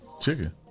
chicken